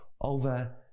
over